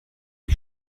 die